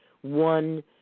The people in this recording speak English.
One